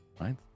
Right